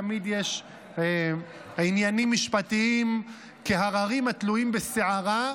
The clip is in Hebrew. תמיד יש עניינים משפטיים כהררים התלויים בשערה,